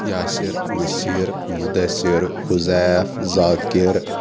Yasir Naseer Mudasir Huzaif Zakir